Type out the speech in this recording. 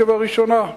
אשיבה שופטי כבראשונה?